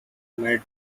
made